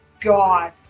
god